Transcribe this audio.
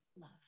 love